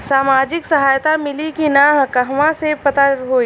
सामाजिक सहायता मिली कि ना कहवा से पता होयी?